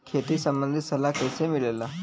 खेती संबंधित सलाह कैसे मिलेला?